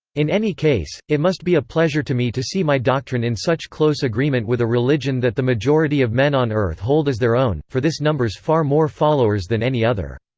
in any case, it must be a pleasure to me to see my doctrine in such close agreement with a religion that the majority of men on earth hold as their own, for this numbers far more followers than any other.